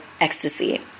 ecstasy